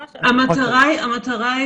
מיכל,